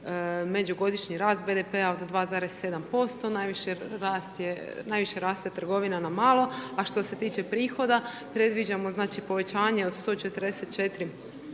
međugodišnji rast BDP-a od 2,7% najviše raste trgovina na malo, a što se tiče prihoda, predviđamo znači povećanje od 144